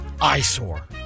eyesore